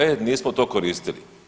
E nismo to koristili.